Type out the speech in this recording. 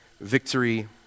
victory